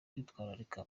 kwitwararika